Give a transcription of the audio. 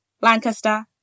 Lancaster